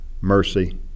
mercy